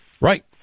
Right